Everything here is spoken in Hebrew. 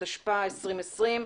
התשפ"א-2020,